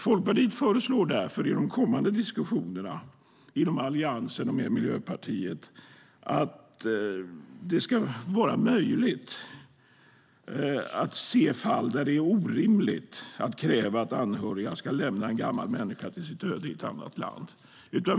Folkpartiet föreslår därför i de kommande diskussionerna, inom Alliansen och med Miljöpartiet, att det ska vara möjligt att se fall där det är orimligt att kräva att anhöriga ska lämna en gammal människa åt sitt öde i ett annat land.